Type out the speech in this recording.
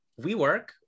WeWork